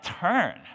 turn